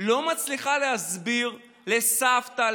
לא מצליחה להסביר לסבתא,